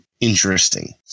interesting